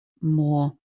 more